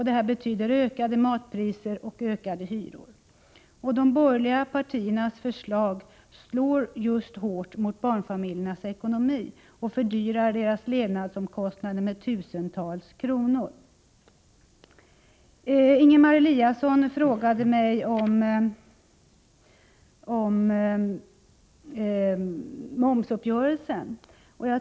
Det betyder ökade matpriser och ökade hyror. De borgerliga partiernas förslag slår hårt mot just barnfamiljernas ekonomi och fördyrar deras levnadsomkostnader med tusentals kronor. Ingemar Eliasson frågade mig om momsuppgörelsen.